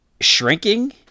shrinking